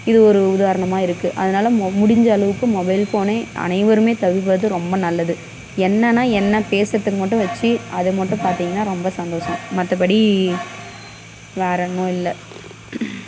இது ஒரு உதாரணமாக இருக்கு அதனால் முடிஞ்ச அளவுக்கு மொபைல் ஃபோனை அனைவரும் தவிர்ப்பது ரொம்ப நல்லது என்னென்னா என்ன பேசுகிறதுக்கு மட்டும் வச்சு அதை மட்டும் பார்த்திங்ன்னா ரொம்ப சந்தோஷம் மற்றபடி வேற ஒன்றும் இல்லை